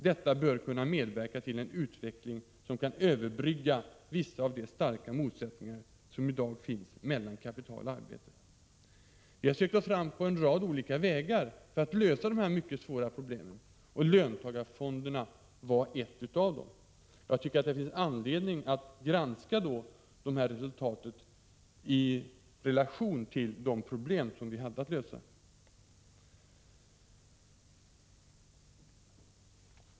Detta bör kunna medverka till en utveckling som kan överbrygga vissa av de starka motsättningar som i dag finns mellan kapital och arbete.” Vi har sökt oss fram på en rad olika vägar för att lösa de här mycket svåra problemen, och löntagarfonderna var en av dessa vägar. Jag tycker att det finns anledning att då granska resultatet i relation till de problem som vi hade att lösa.